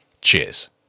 Cheers